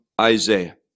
Isaiah